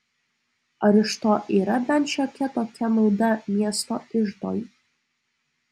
ar iš to yra bent šiokia tokia nauda miesto iždui